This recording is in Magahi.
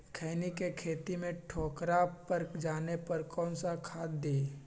खैनी के खेत में ठोकरा पर जाने पर कौन सा खाद दी?